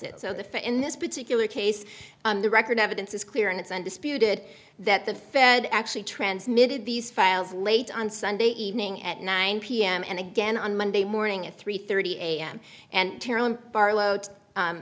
it so the fear in this particular case on the record evidence is clear and it's undisputed that the fed actually transmitted these files late on sunday evening at nine pm and again on monday morning at three thirty am and